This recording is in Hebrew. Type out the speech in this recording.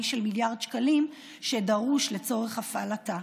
של מיליארד שקלים שדרוש לצורך הפעלתה.